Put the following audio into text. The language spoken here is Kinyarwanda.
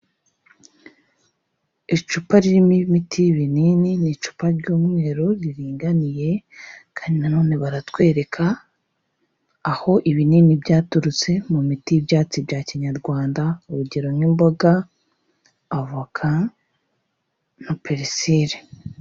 Icupa ririmo imiti y'ibinini, ni icupa ry'umweru riringaniye, kandi nanone baratwereka aho ibinini byaturutse mu miti y'ibyatsi bya kinyarwanda, urugero nk'imboga, avoka, na perisire.